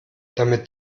damit